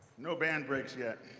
no band breaks yet.